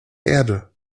erde